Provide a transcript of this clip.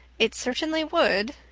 it certainly would,